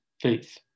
faith